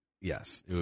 yes